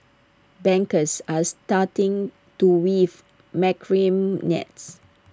bankers are starting to weave macrame nets